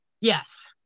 Yes